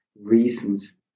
reasons